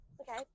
Okay